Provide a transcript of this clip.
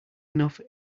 enough